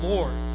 Lord